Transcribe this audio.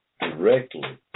directly